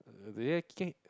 do have you kids